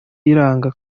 iranga